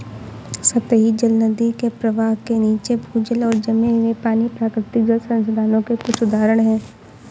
सतही जल, नदी के प्रवाह के नीचे, भूजल और जमे हुए पानी, प्राकृतिक जल संसाधनों के कुछ उदाहरण हैं